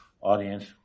audience